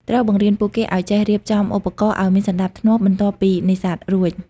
ត្រូវបង្រៀនពួកគេឱ្យចេះ រៀបចំឧបករណ៍ ឱ្យមានសណ្តាប់ធ្នាប់បន្ទាប់ពីនេសាទរួច។